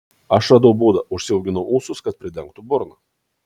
aš radau būdą užsiauginau ūsus kad pridengtų burną